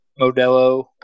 Modelo